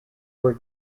were